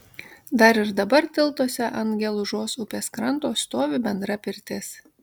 dar ir dabar tiltuose ant gelužos upės kranto stovi bendra pirtis